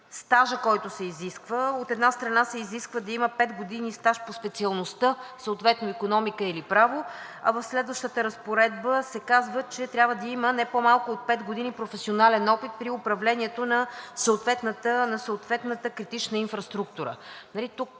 стажа, който се изисква, от една страна, се изисква да има пет години стаж по специалността, съответно „Икономика“ или „Право“, а в следващата разпоредба се казва, че трябва да има не по малко от пет години професионален опит при управлението на съответната критична инфраструктура. Тук